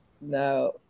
no